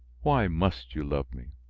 why must you love me?